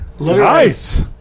Nice